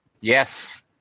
Yes